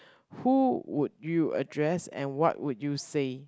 who would you address and what would you say